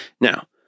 Now